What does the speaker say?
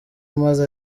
maze